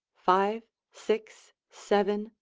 five, six, seven,